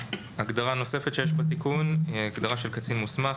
הגדרה נוספת שיש בה תיקון, הגדרה של קצין מוסמך.